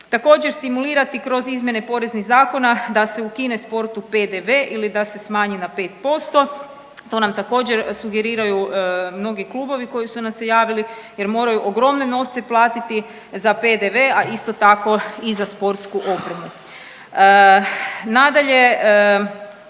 Također, stimulirati kroz izmjene poreznih zakona da se ukine sportu PDV ili da se smanji na 5%. To nam, također, sugeriraju mnogi klubovi koji su nam se javili jer moraju ogromne novce platiti za PDV, ai isto tako i za sportsku opremu.